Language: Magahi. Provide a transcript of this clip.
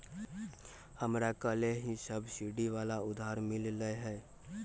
हमरा कलेह ही सब्सिडी वाला उधार मिल लय है